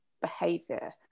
behavior